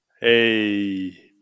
Hey